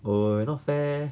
!oi! not fair